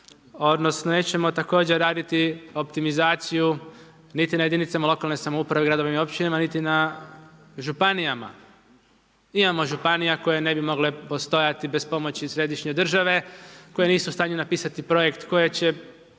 odnosno nećemo također raditi optimizaciju niti na jedinicama lokalne samouprave u gradovima i općinama, niti na županijama. Imamo županija koje ne bi mogle postojati bez pomoći središnje države koje nisu u stanju napisati projekt kojeg će